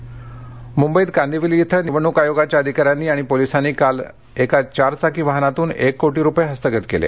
रक्कम मुंबईतल्या कांदिवली इथं निवडणूक आयोगाच्या अधिकाऱ्यांनी आणि पोलिसांनी काल एका चारचाकी वाहनातून एक कोटी रुपये हस्तगत केले